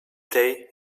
day